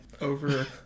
over